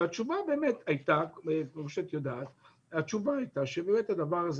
והתשובה הייתה כמו שאת יודעת שהדבר הזה